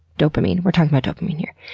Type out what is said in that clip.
dopamine, we're talking about dopamine here.